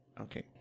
okay